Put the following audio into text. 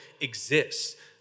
exists